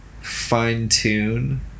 Fine-tune